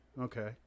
okay